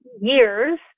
years